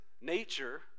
nature